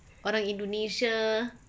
orang indonesia